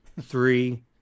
three